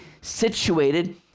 situated